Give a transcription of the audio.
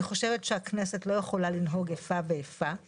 אני מעלה להצבעה את הסתייגות מספר 79. הצבעה לא אושרה הסתייגות מספר 79 לא